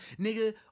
Nigga